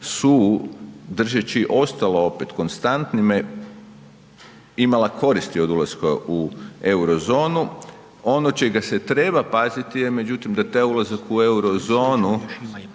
su držeći ostalo opet konstantnim imala koristi od ulaska u euro-zonu. Ono čega se treba paziti je međutim da taj ulazak u euro-zonu